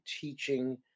teaching